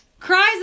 Cries